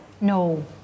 No